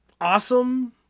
awesome